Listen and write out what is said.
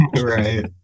right